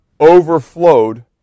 overflowed